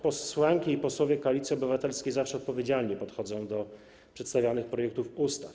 Posłanki i posłowie Koalicji Obywatelskiej zawsze odpowiedzialnie podchodzą do przedstawianych projektów ustaw.